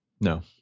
No